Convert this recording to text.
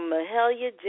Mahalia